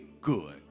good